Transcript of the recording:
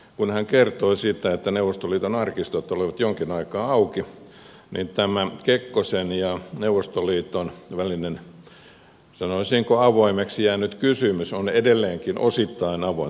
kun hän kertoi siitä että neuvostoliiton arkistot olivat jonkin aikaa auki niin tämä kekkosen ja neuvostoliiton välinen sanoisinko avoimeksi jäänyt kysymys on edelleenkin osittain avoin